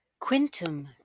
Quintum